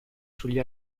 sugli